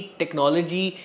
technology